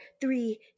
three